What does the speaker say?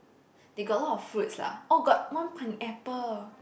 they got a lot of fruits lah orh got one pineapple